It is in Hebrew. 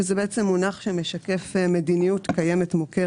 שזה בעצם מונח שמשקף מדיניות קיימת, מוכרת.